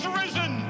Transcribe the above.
risen